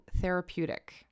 therapeutic